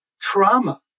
Trauma